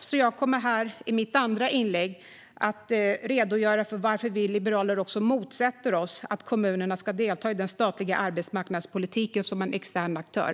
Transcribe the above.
I mitt andra inlägg kommer jag att redogöra för varför vi liberaler motsätter oss att kommunerna ska delta i den statliga arbetsmarknadspolitiken som en extern aktör.